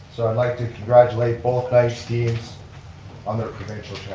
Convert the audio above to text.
i'd like to congratulate both knights teams on their provincial